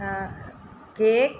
cake